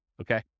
Okay